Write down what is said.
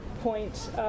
point